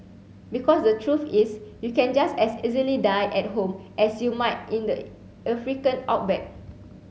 because the truth is you can just as easily die at home as you might in the African outback